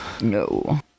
No